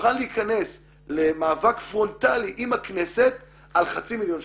להיכנס למאבק פרונטאלי עם הכנסת על חצי מיליון שקלים.